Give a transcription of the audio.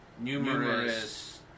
numerous